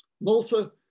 Malta